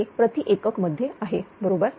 ते प्रति एकक मध्ये आहे बरोबर